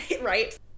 Right